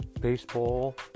baseball